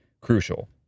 crucial